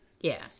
Yes